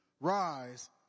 Rise